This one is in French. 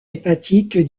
hépatique